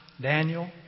Daniel